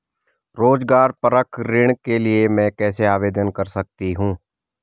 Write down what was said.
रोज़गार परक ऋण के लिए मैं कैसे आवेदन कर सकतीं हूँ?